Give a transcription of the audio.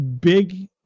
big